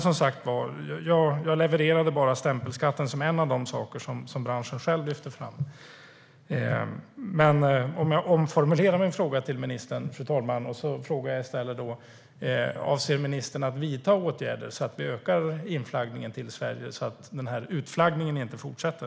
Som sagt var levererade jag bara stämpelskatten som exempel på vad branschen själv lyfter fram. Jag omformulerar min fråga till ministern, fru talman, och frågar i stället: Avser ministern att vidta åtgärder så att vi ökar inflaggningen till Sverige och den här utflaggningen inte fortsätter?